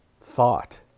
thought